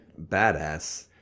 badass